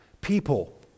People